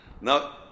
Now